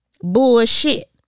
Bullshit